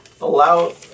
allow